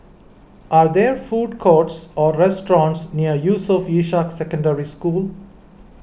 are there food courts or restaurants near Yusof Ishak Secondary School